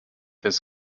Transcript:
his